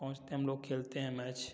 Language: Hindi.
पहुँचते के हम लोग खेलते हैं मैच